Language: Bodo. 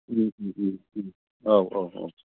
औ औ औ